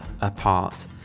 apart